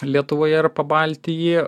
lietuvoje ir pabalty